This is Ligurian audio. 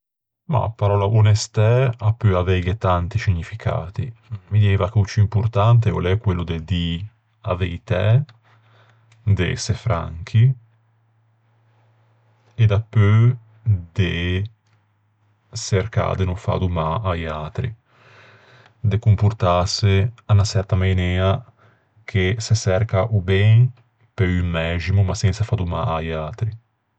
A paròlla onestæ a peu aveighe tanti scignificati. Mi dieiva che o ciù importante o l'é quello de dî a veitæ, de ëse franchi, e dapeu de çercâ de no fâ do mâ a-i atri. De comportâse à unna çerta mainea che se çerca o ben pe un mæximo ma sensa fâ do mâ a-i atri.